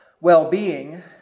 well-being